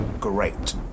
Great